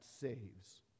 saves